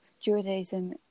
Judaism